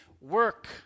work